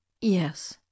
Yes